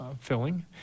filling